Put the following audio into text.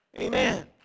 Amen